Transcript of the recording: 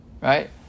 right